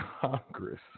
Congress